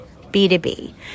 B2B